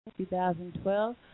2012